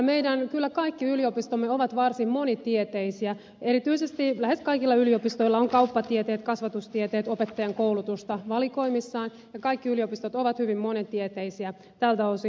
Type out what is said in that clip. meidän kaikki yliopistomme ovat kyllä varsin monitieteisiä lähes kaikilla yliopistoilla on kauppatieteet kasvatustieteet opettajan koulutusta valikoimissaan ja kaikki yliopistot ovat hyvin monitieteisiä tältä osin